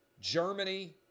Germany